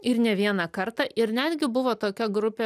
ir ne vieną kartą ir netgi buvo tokia grupė